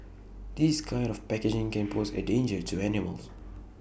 this kind of packaging can pose A danger to animals